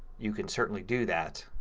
you can certainly do that.